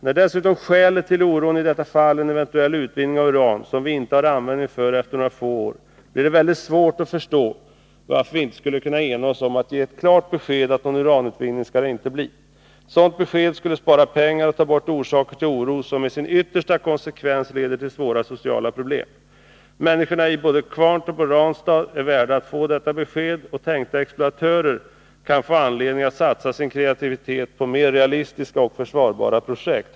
När dessutom skälet till oron i detta fall är en eventuell utvinning av uran — som vi inte har användning för efter några få år — blir det mycket svårt att förstå, varför vi inte skulle kunna ena oss om att ge ett klart besked att det inte skall bli någon uranutvinning. Ett sådant besked skulle spara pengar och ta bort orsaker till oro, som i sin yttersta konsekvens leder till svåra sociala problem. Människorna i både Kvarntorp och Ranstad är värda att få detta besked, och tänkta exploatörer kan satsa sin kreativitet på mer realistiska och försvarbara projekt.